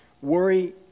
Worry